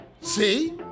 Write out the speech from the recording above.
See